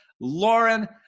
Lauren